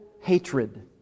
hatred